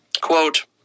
quote